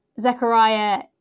Zechariah